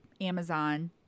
Amazon